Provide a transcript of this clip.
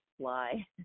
fly